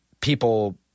people